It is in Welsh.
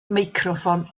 meicroffon